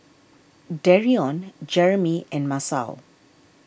Dereon Jeromy and Masao